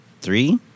three